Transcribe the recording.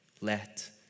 let